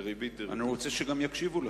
אני רוצה שגם יקשיבו לך.